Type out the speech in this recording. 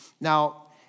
Now